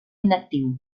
inactiu